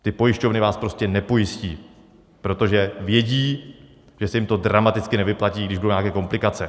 Ty pojišťovny vás prostě nepojistí, protože vědí, že se jim to dramaticky nevyplatí, když budou nějaké komplikace.